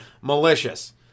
Malicious